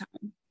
time